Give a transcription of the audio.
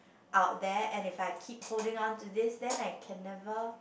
out there and if I keep holding on to this then I can never